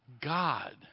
God